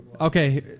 Okay